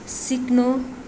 सिक्नु